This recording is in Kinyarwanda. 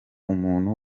umuntu